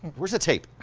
where's the tape?